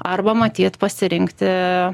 arba matyt pasirinkti